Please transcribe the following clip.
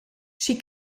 schi